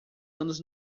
anos